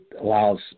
allows